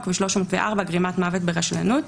וסעיף 304 שהוא גרימת מוות ברשלנות.